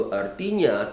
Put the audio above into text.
artinya